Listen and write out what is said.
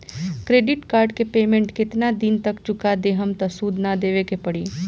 Credit card के payment केतना दिन तक चुका देहम त सूद ना देवे के पड़ी?